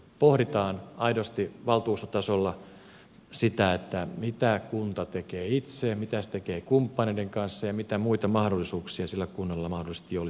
pohditaan aidosti valtuustotasolla sitä mitä kunta tekee itse ja mitä se tekee kumppaneiden kanssa ja mitä muita mahdollisuuksia sillä kunnalla mahdollisesti olisi olemassa